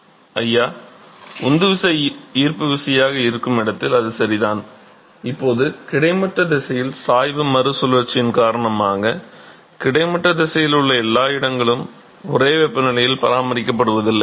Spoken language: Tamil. மாணவர் ஐயா உந்துவிசை ஈர்ப்பு விசையாக இருக்கும் இடத்தில் அது சரிதான் இப்போது கிடைமட்ட திசையில் சாய்வு மறு சுழற்சியின் காரணமாக கிடைமட்ட திசையில் உள்ள எல்லா இடங்களும் ஒரே வெப்பநிலையில் பராமரிக்கப்படுவதில்லை